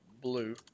blue